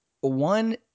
one